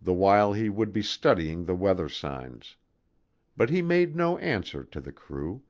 the while he would be studying the weather signs but he made no answer to the crew,